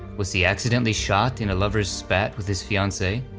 was he accidentally shot in a lover's spat with his fiancee?